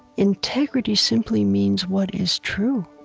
integrity simply means what is true,